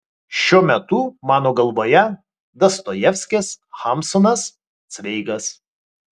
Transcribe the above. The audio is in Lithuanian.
šiuo metu mano galvoje dostojevskis hamsunas cveigas